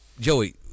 Joey